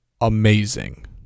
amazing